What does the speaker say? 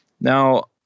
Now